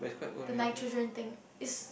the nitrogen thing is